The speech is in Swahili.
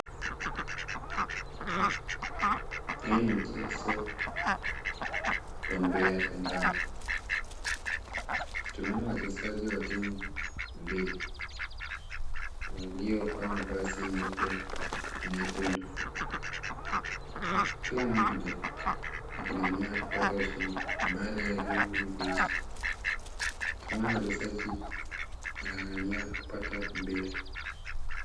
Hii ni mchezo wa mpira wa kandanda. Tunaona wachezaji wa timu mbili, waliovaa mavazi meupe, na nyekundu. Kila mmoja ako na nia ya kupata ushindi baada ya gemu hii kuisha. Tunaona wachezaji wanang'ang'ania kupata mpira.